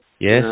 Yes